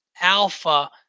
alpha